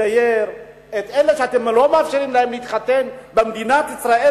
את אלה שאתם לא מאפשרים להם להתחתן במדינת ישראל,